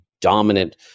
dominant